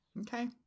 Okay